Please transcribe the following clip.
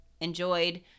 enjoyed